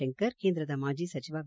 ಶಂಕರ್ ಕೇಂದ್ರದ ಮಾಜಿ ಸಚಿವ ವಿ